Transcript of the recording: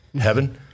Heaven